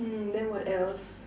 hmm then what else